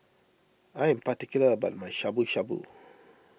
I am particular about my Shabu Shabu